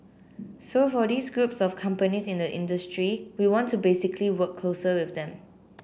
so for these groups of companies in the industry we want to basically work closer with them